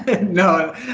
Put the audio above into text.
No